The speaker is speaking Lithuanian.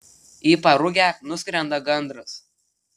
į parugę nuskrenda gandras